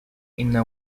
inner